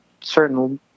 certain